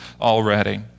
already